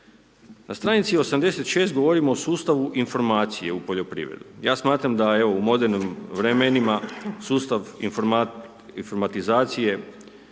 Na stranici 86. govorimo o sustavu informacija u poljoprivredi. Ja smatram da evo, u modernim vremenima sustav informatizacije